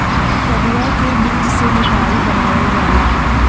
कदुआ के बीज से मिठाई बनावल जाला